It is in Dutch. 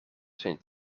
zijn